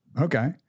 Okay